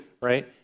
right